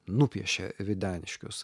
nupiešė videniškius